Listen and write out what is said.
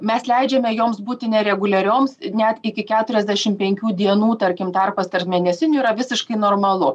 mes leidžiame joms būti nereguliarioms net iki keturiasdešim penkių dienų tarkim tarpas tarp mėnesinių yra visiškai normalu